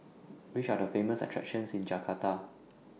Which Are The Famous attractions in Jakarta